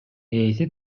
ээси